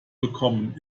bekommen